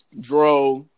Dro